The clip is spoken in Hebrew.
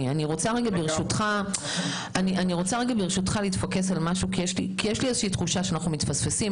אני רוצה רגע לחדד משהו כי אני מרגישה שאנחנו מפספסים.